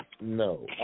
no